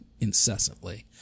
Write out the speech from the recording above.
incessantly